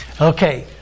Okay